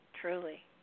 Truly